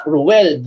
Ruel